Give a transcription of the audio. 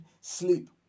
sleep